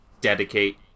dedicate